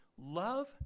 Love